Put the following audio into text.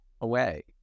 away